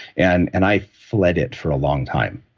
and and i fled it for a long time.